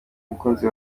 umukunzi